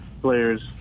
players